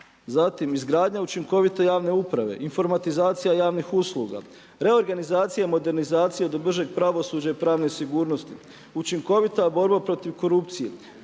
Zatim izgradnja učinkovite javne uprave, informatizacija javnih usluga, reorganizacija i modernizacija bržeg pravosuđa i pravne sigurnosti, učinkovita borba protiv korupcije,